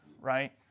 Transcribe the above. Right